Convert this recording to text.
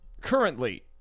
Currently